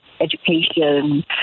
education